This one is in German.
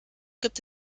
gibt